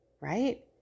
right